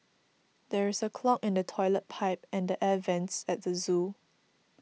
there is a clog in the Toilet Pipe and the Air Vents at the zoo